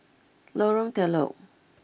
Lorong Telok